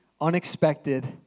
unexpected